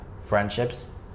friendships